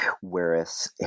whereas